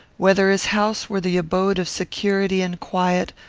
whether his house were the abode of security and quiet,